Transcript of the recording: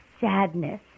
sadness